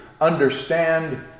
understand